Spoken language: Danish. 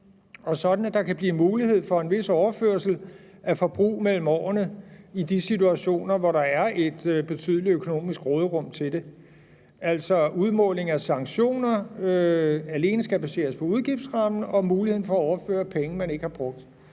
sådan at der kan blive mulighed for en vis overførsel af forbrug mellem årene i de situationer, hvor der er et betydeligt økonomisk råderum til det – altså at udmåling af sanktioner alene skal baseres på udgiftsrammen, og muligheden for at overføre penge, man ikke har brugt.